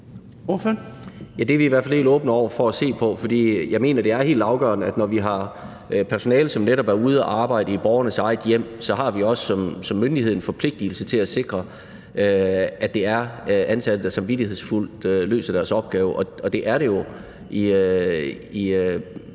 det er helt afgørende, at vi som myndighed, når vi har personale, som netop er ude at arbejde i borgernes egne hjem, også har en forpligtigelse til at sikre, at det er ansatte, der samvittighedsfuldt løser deres opgaver, og det er